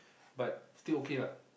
but still okay lah